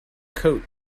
coat